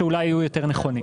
שאולי יהיו יותר נכונים.